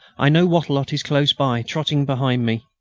i know wattrelot is close by, trotting behind me.